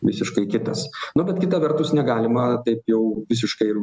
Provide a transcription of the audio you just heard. visiškai kitas nu bet kita vertus negalima taip jau visiškai